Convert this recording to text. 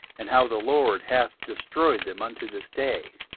and how the lord hath destroyed them unto this day